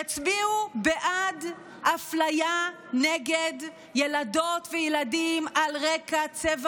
יצביעו בעד אפליה נגד ילדות וילדים על רקע צבע